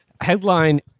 Headline